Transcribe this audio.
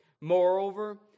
Moreover